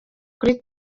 kuri